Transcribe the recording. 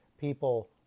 people